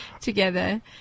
together